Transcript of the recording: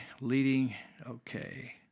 leading—okay